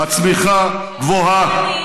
הצמיחה גבוהה,